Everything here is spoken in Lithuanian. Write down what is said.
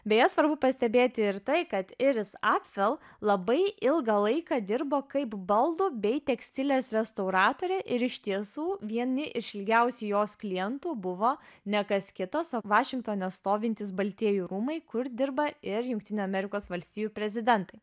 beje svarbu pastebėti ir tai kad ir iris apfel labai ilgą laiką dirbo kaip baldų bei tekstilės restauratorė ir iš tiesų vieni iš ilgiausių jos klientų buvo ne kas kitas o vašingtone stovintys baltieji rūmai kur dirba ir jungtinių amerikos valstijų prezidentai